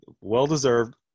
well-deserved